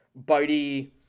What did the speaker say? bitey